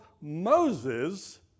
Moses